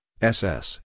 SS